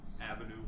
Avenue